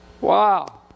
wow